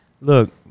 look